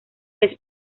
les